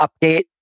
update